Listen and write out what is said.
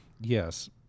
yes